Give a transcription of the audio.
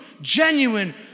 genuine